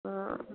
हां